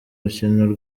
rukino